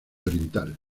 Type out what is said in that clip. oriental